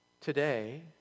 today